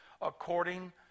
According